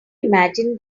imagine